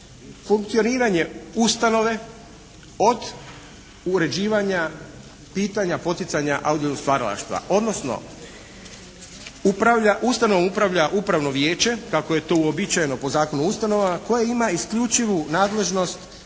funkcioniranje ustanove od uređivanja pitanja poticanja audio stvaralaštva. Odnosno ustanovom upravlja upravno vijeće kako je to uobičajeno po Zakonu o ustanovama koje ima isključivu nadležnost da